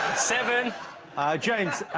seven james,